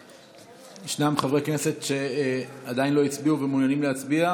ישנם חברי כנסת שעדיין לא הצביעו ומעוניינים להצביע?